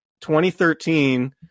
2013